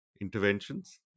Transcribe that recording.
interventions